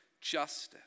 justice